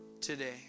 today